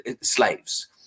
slaves